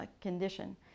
condition